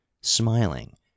smiling